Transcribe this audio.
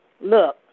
look